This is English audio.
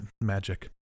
magic